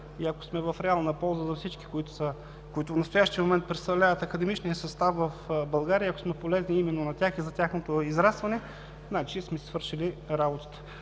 и ако сме в реална полза за всички, които в настоящия момент представляват академичния състав в България, и ако сме полезни именно на тях, за тяхното израстване, значи сме си свършили работата.